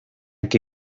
que